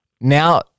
Now